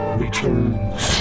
returns